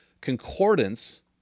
concordance